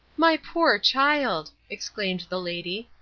my poor child! exclaimed the lady,